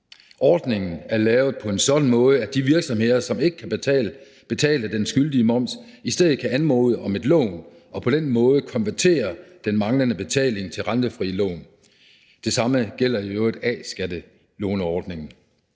Ordningen er lavet på en sådan måde, at de virksomheder, som ikke kan betale den skyldige moms, i stedet kan anmode om et lån og på den måde konvertere den manglende betaling til et rentefrit lån. Det samme gælder i øvrigt A-skattelåneordningen.